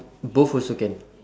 both also can